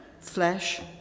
Flesh